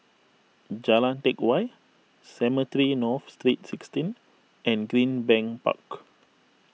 Jalan Teck Whye Cemetry North Street sixteen and Greenbank Park